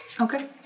Okay